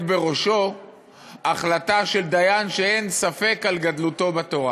בראשו החלטה של דיין שאין ספק בגדלותו בתורה.